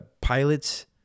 pilots